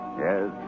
Yes